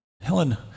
Helen